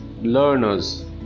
learners